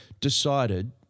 decided